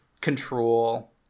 control